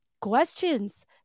questions